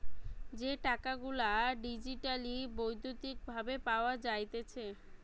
যে টাকা গুলা ডিজিটালি বৈদ্যুতিক ভাবে পাওয়া যাইতেছে